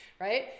right